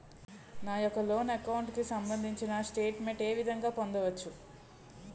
నా యెక్క loan account కు సంబందించిన స్టేట్ మెంట్ ఏ విధంగా పొందవచ్చు?